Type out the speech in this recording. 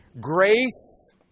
Grace